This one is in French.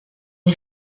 les